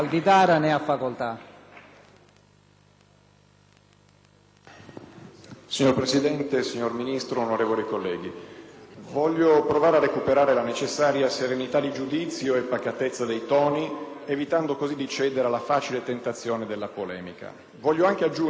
Signor Presidente, signor Ministro, onorevoli colleghi, voglio provare a recuperare la necessaria serenità di giudizio e pacatezza di toni, evitando così di cedere alla facile tentazione della polemica. Voglio anche aggiungere che ho sincero rispetto